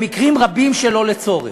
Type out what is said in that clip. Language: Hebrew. במקרים רבים שלא לצורך.